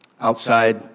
outside